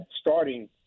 starting